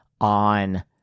on